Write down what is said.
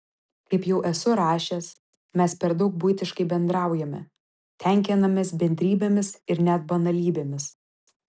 kaip jau esu rašęs mes per daug buitiškai bendraujame tenkinamės bendrybėmis ir net banalybėmis